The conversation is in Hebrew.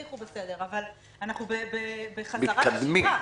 אבל אנחנו בחזרה לשגרה.